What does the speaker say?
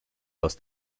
aus